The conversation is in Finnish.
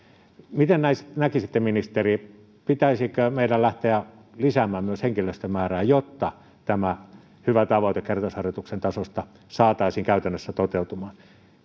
miten näkisitte ministeri pitäisikö meidän lähteä lisäämään myös henkilöstön määrää jotta tämä hyvä tavoite kertausharjoitusten tasosta saataisiin käytännössä toteutumaan